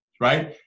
right